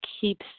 keeps